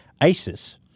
isis